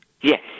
Yes